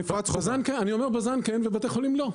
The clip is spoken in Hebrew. בז"ן כן ובתי חולים לא.